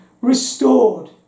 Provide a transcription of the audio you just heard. restored